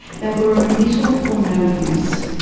they were of little or no use.